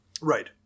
Right